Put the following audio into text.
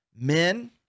Men